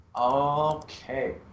Okay